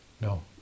No